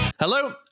Hello